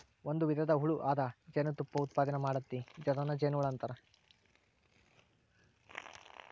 ಒಂದು ವಿಧದ ಹುಳು ಅದ ಜೇನತುಪ್ಪಾ ಉತ್ಪಾದನೆ ಮಾಡ್ತತಿ ಅದನ್ನ ಜೇನುಹುಳಾ ಅಂತಾರ